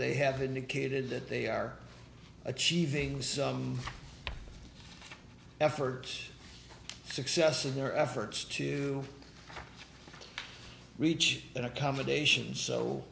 they have indicated that they are achieving some effort success in their efforts to reach an accommodation so